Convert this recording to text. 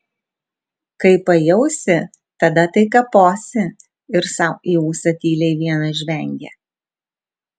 kai pajausi tada tai kaposi ir sau į ūsą tyliai vienas žvengia